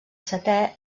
setè